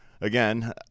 again